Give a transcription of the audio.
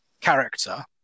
character